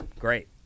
Great